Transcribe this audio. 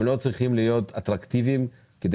הם לא צריכים להיות אטרקטיביים כדי